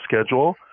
schedule